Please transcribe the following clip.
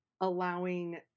allowing